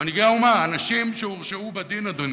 מנהיגי האומה, אנשים שהורשעו בדין, אדוני,